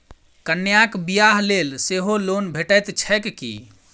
कन्याक बियाह लेल सेहो लोन भेटैत छैक की?